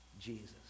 Jesus